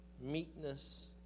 meekness